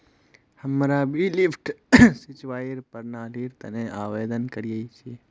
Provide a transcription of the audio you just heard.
हमरा भी लिफ्ट सिंचाईर प्रणालीर तने आवेदन करिया छि